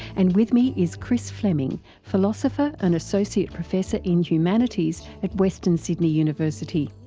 and with me is chris fleming, philosopher and associate professor in humanities at western sydney university.